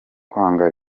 kwanga